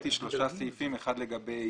הקראתי שלושה סעיפים כאשר אחד הוא לגבי